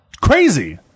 Crazy